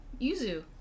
Yuzu